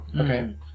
Okay